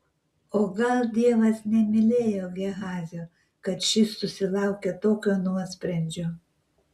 o gal dievas nemylėjo gehazio kad šis susilaukė tokio nuosprendžio